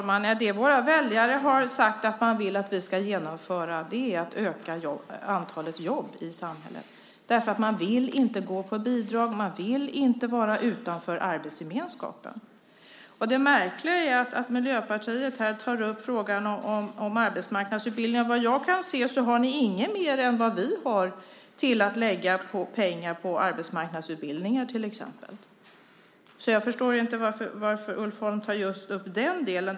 Herr talman! Det våra väljare har sagt att de vill att vi ska genomföra är att öka antalet jobb i samhället. Man vill inte gå på bidrag. Man vill inte vara utanför arbetsgemenskapen. Det märkliga är att Miljöpartiet här tar upp frågan om arbetsmarknadsutbildning. Vad jag kan se har ni ju inte mer pengar än vad vi har att lägga på till exempel arbetsmarknadsutbildningar. Jag förstår alltså inte varför Ulf Holm tar upp just den delen.